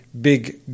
big